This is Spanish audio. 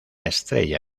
estrella